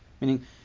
Meaning